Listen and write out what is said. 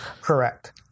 Correct